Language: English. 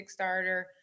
Kickstarter